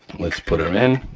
let's put her in.